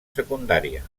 secundària